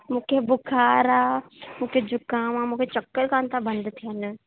मूंखे बुखार आहे मूंखे जुखाम आहे मूंखे चक्कर कोन्ह बंदि थियनि